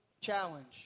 challenge